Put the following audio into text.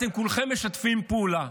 אתם כולכם משתפים פעולה,